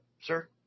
sir